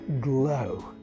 glow